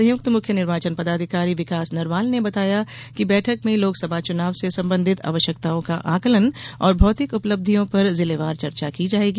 संयुक्त मुख्य निर्वाचन पदाधिकारी विकास नरवाल ने बताया कि बैठक में लोकसभा चुनाव से संबंधित आवश्यकताओं का आंकलन और भौतिक उपलिब्धयों पर जिलेवार चर्चा की जायेगी